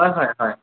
হয় হয় হয়